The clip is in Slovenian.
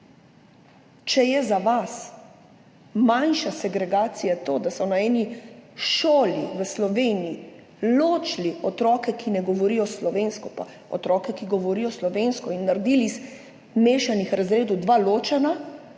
Če je za vas manjša segregacija to, da so na eni šoli v Sloveniji ločili otroke, ki ne govorijo slovensko, pa otroke, ki govorijo slovensko, in naredili iz mešanih razredov dva ločena,